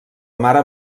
mare